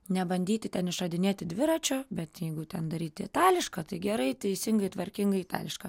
nebandyki ten neišradinėti dviračio bet jeigu ten daryti itališką tai gerai teisingai tvarkingai itališką